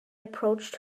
approached